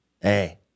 Hey